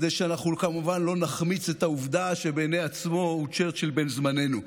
כדי שאנחנו כמובן לא נחמיץ את העובדה שבעיני עצמו הוא צ'רצ'יל בן-זמננו.